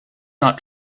not